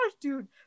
dude